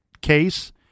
case